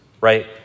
right